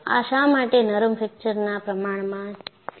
આ શા માટે નરમ ફ્રેક્ચરના પ્રમાણમાં ધીમું છે